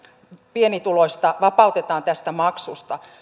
pienituloista vapautetaan tästä maksusta